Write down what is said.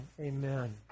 Amen